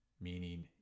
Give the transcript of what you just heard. meaning